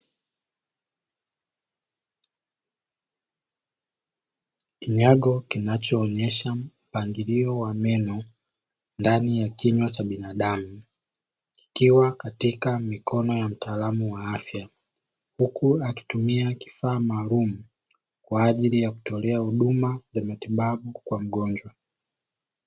Kinyago kinachoonyesha mpangilio wa meno ndani ya kinywa cha binadamu, kikiwa katika mikono ya mtaalamu wa afya, huku akitumia kifaa maalumu kwa ajili ya kutolea huduma ya matibabu kwa mgonjwa.